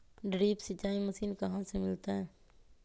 Drip सिंचाई machine कहाँ से मिलतै?